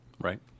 Right